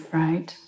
right